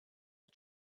are